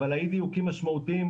אבל אי הדיוקים משמעותיים.